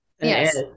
Yes